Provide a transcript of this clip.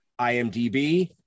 IMDB